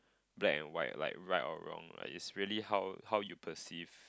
black and white like right or wrong is really how how you perceive